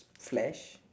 flash